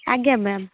ଆଜ୍ଞା ମ୍ୟାମ